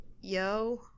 yo